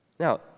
Now